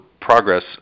progress